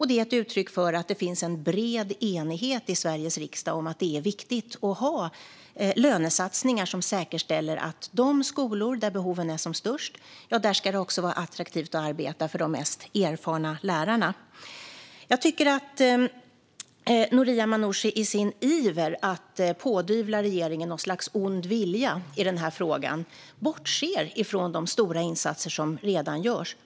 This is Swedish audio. Det är ett uttryck för att det finns en bred enighet i Sveriges riksdag om att det är viktigt att ha lönesatsningar som säkerställer att det är attraktivt för de mest erfarna lärarna att arbeta på skolor där behoven är som störst. I sin iver att pådyvla regeringen någon sorts ond vilja i den här frågan bortser Noria Manouchi från de stora insatser som redan görs.